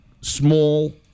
small